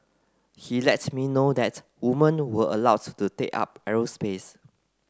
he let me know that woman were allowed to take up aerospace